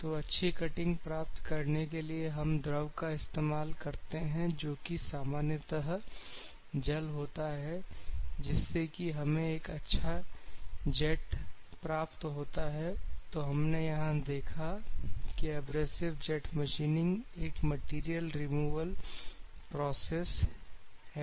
तो अच्छी कटिंग प्राप्त करने के लिए हम द्रव का इस्तेमाल करते हैं जोकि सामान्यतः जल होता है जिससे कि हमें एक अच्छा जेट प्राप्त होता है तो हमने यहां देखा कि एब्रेसिव जेट मशीनिंग एक मैटेरियल रिमूवल प्रोसेस है